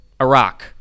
Iraq